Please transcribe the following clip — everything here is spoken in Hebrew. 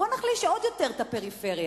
בואו נחליש עוד יותר את הפריפריה,